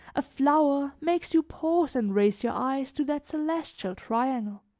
a flower makes you pause and raise your eyes to that celestial triangle.